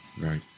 Right